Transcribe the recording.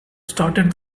started